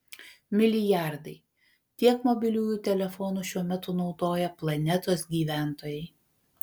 milijardai tiek mobiliųjų telefonų šiuo metu naudoja planetos gyventojai